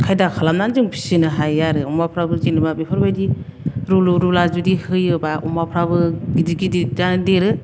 खायदा खालामनानै जोङो फिसिनो हायो आरो अमाफ्राबो जेनेबा बिफोरबायदि रुलु रुला जुदि होयोब्ला अमाफ्राबो गिदिद गिदिदआनो देरो